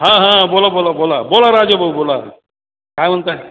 हां हां बोला बोला बोला बोला राजाभाऊ बोला काय म्हणताय